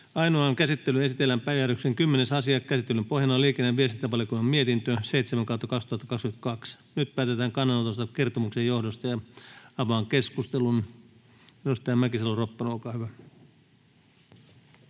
Ainoaan käsittelyyn esitellään päiväjärjestyksen 10. asia. Käsittelyn pohjana on liikenne- ja viestintävaliokunnan mietintö LiVM 7/2022 vp. Nyt päätetään kannanotosta kertomuksen johdosta. — Avaan keskustelun. Edustaja Mäkisalo-Ropponen, olkaa hyvä.